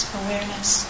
awareness